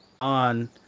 on